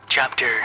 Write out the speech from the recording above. Chapter